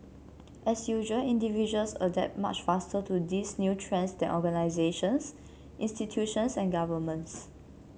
as usual individuals adapt much faster to these new trends than organisations institutions and governments